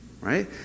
right